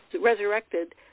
resurrected